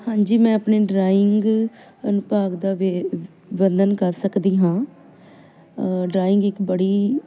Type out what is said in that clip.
ਹਾਂਜੀ ਮੈਂ ਆਪਣੇ ਡਰਾਇੰਗ ਅਨਭਾਵ ਦਾ ਵੇ ਵਰਣਨ ਕਰ ਸਕਦੀ ਹਾਂ ਡਰਾਇੰਗ ਇੱਕ ਬੜੀ